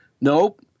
nope